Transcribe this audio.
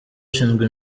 ushinzwe